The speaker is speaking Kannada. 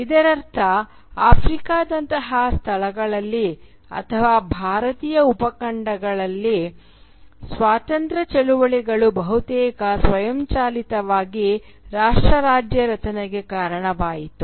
ಇದರರ್ಥ ಆಫ್ರಿಕಾದಂತಹ ಸ್ಥಳಗಳಲ್ಲಿ ಅಥವಾ ಭಾರತೀಯ ಉಪಖಂಡದಲ್ಲಿ ಸ್ವಾತಂತ್ರ್ಯ ಚಳುವಳಿಗಳು ಬಹುತೇಕ ಸ್ವಯಂಚಾಲಿತವಾಗಿ ರಾಷ್ಟ್ರ ರಾಜ್ಯ ರಚನೆಗೆ ಕಾರಣವಾಯಿತು